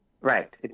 Right